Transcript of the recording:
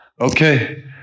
Okay